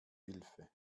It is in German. hilfe